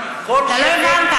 השר, אתה לא הבנת.